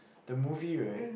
the movie right